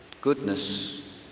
goodness